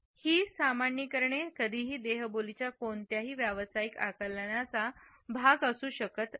ही सामान्यीकरणे कधीही देहबोली च्या कोणत्याही व्यावसायिक आकलनाचा भाग असू शकत नाही